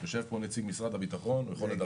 יושב פה נציג משרד הביטחון, הוא יכול לדווח.